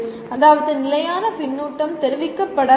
அதாவது நிலையான பின்னூட்டம் தெரிவிக்கப்பட வேண்டும்